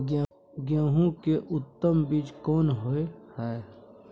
गेहूं के उत्तम बीज कोन होय है?